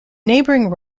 neighbouring